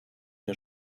der